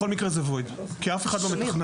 בכל מקרה זה "וויד" כי אף אחד לא מתכנן.